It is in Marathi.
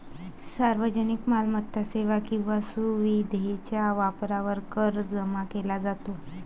सार्वजनिक मालमत्ता, सेवा किंवा सुविधेच्या वापरावर कर जमा केला जातो